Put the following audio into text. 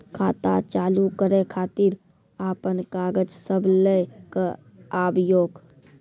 खाता चालू करै खातिर आपन कागज सब लै कऽ आबयोक?